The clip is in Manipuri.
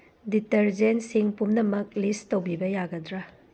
ꯗꯤꯇꯔꯖꯦꯟꯁꯤꯡ ꯄꯨꯝꯅꯃꯛ ꯂꯤꯁ ꯇꯧꯕꯤꯕ ꯌꯥꯒꯗ꯭ꯔꯥ